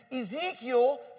Ezekiel